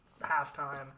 halftime